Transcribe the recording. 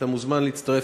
אתה מוזמן להצטרף,